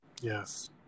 Yes